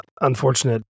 unfortunate